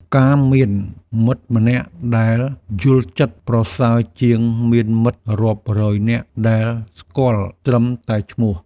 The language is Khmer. ការមានមិត្តម្នាក់ដែលយល់ចិត្ត ប្រសើរជាងមានមិត្តរាប់រយនាក់ដែលស្គាល់ត្រឹមតែឈ្មោះ។